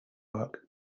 work